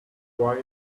wine